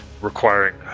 requiring